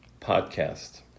podcast